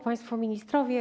Państwo Ministrowie!